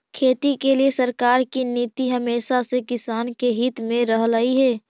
खेती के लिए सरकार की नीति हमेशा से किसान के हित में रहलई हे